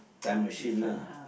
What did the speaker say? time machine lah